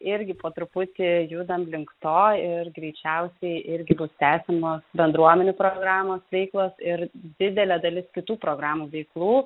irgi po truputį judame link to ir greičiausiai irgi bus tęsiamos bendruomenių programos veiklos ir didelė dalis kitų programų veiklų